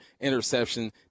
interception